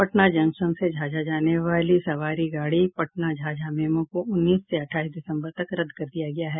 Patna junction से झाझा जाने वाली सवारी गाड़ी पटना झाझा मेमो को उन्नीस से अठाईस दिसम्बर तक रद्द कर दिया गया है